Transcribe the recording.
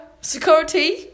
security